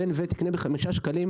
ב-מ-וו תקנה בחמישה שקלים,